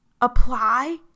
apply